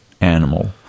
animal